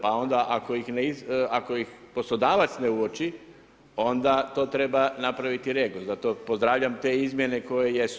Pa onda ako ih poslodavac ne uoči, onda to treba napraviti REGOS, zato pozdravljam te izmjene koje jesu.